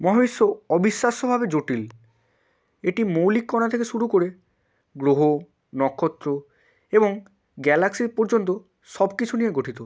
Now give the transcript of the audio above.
মহাবিশ্ব অবিশ্বাস্যভাবে জটিল এটি মৌলিক কণা থেকে শুরু করে গ্রহ নক্ষত্র এবং গ্যালাক্সি পর্যন্ত সব কিছু নিয়ে গঠিত